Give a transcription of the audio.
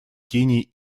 кении